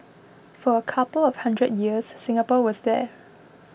for a couple of hundred years Singapore was there